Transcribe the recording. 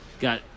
got